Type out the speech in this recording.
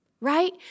right